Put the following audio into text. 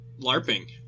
larping